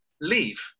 leave